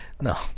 No